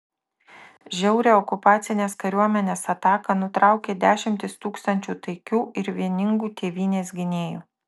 žiaurią okupacinės kariuomenės ataką nutraukė dešimtys tūkstančių taikių ir vieningų tėvynės gynėjų